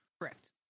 Correct